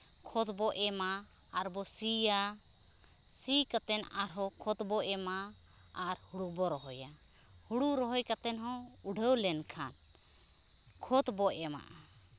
ᱠᱷᱚᱫ ᱵᱚ ᱮᱢᱟ ᱟᱨ ᱵᱚ ᱥᱤᱭᱟ ᱥᱤᱭ ᱠᱟᱛᱮᱫ ᱟᱨ ᱦᱚᱸ ᱠᱷᱚᱛ ᱵᱚᱱ ᱮᱢᱟ ᱟᱨ ᱦᱩᱲᱩ ᱵᱚ ᱨᱚᱦᱚᱭᱟ ᱦᱩᱲᱩ ᱨᱚᱦᱚᱭ ᱠᱟᱛᱮᱱ ᱦᱚᱸ ᱩᱰᱷᱟᱹᱣ ᱞᱮᱱᱠᱷᱟᱱ ᱠᱷᱚᱛ ᱵᱚ ᱮᱢᱟᱜᱼᱟ